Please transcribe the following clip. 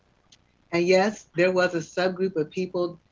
ah yes, there was a subgroup of people,